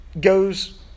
goes